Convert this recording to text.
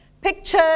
Picture